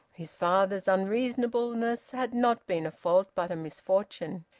his father's unreasonableness had not been a fault, but a misfortune.